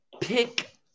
pick